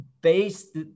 based